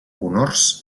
honors